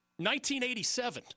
1987